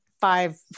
five